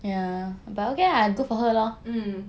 mm